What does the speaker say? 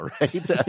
right